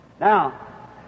Now